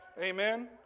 Amen